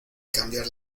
cambiar